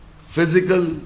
physical